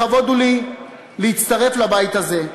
לכבוד הוא לי להצטרף לבית הזה.